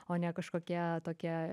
o ne kažkokie tokie